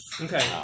Okay